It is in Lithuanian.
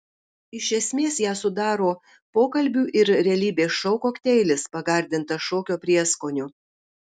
iš esmės ją sudaro pokalbių ir realybės šou kokteilis pagardintas šokio prieskoniu